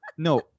No